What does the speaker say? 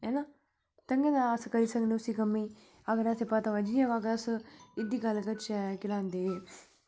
है ना ताइयें गै अस करी सकनें उसी कम्मै ई अगर असें पता होऐ जि'यां अस एह्दी गल्ल करचै केह् लांदे